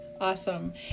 Awesome